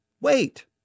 wait